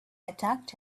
attacked